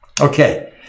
Okay